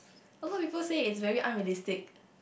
a lot people say it's very unrealistic